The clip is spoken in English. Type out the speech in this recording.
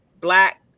Black